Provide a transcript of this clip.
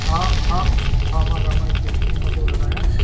हा हा हा मां रामा स्टेशनरी मां थो ॻाल्हायां